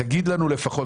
תגידו לנו לפחות,